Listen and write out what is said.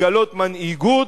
לגלות מנהיגות,